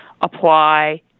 apply